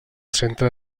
centre